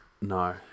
no